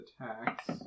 attacks